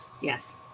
Yes